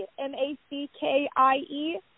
M-A-C-K-I-E